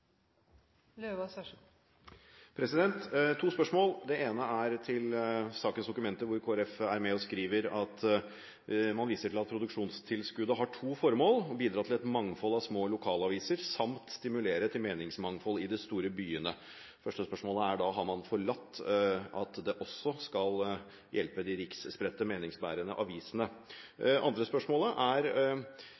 en replikkveksling. To spørsmål: Det ene er til sakens dokumenter, hvor Kristelig Folkeparti er med på en merknad hvor det står at man viser til at produksjonstilskuddet har to formål: å bidra til et mangfold av små lokalaviser, samt stimulere til meningsmangfold i de store byene». Det første spørsmålet blir da: Har man forlatt standpunktet om at tilskuddet også skal hjelpe de riksspredte meningsbærende avisene?